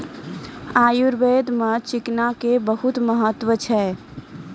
आयुर्वेद मॅ चिकना के बहुत महत्व छै